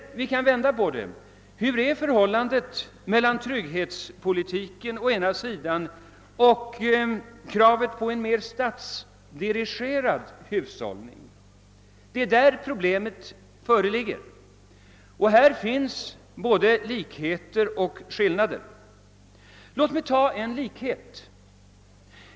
Och vi kan vända på saken och säga: Hur är förhållandet mellan trygghetspolitiken å ena sidan och kravet på en mer statsdirigerad hushållning å andra sidan? Det är här problemen föreligger, och det finns både likheter och skillnader. Låt mig anföra en likhet.